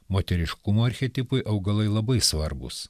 moteriškumo archetipui augalai labai svarbūs